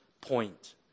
point